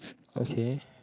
okay